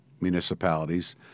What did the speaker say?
municipalities